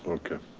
okay.